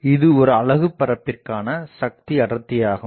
இது ஒரு அலகுபரப்பிற்கான சக்தி அடர்த்தியாகும்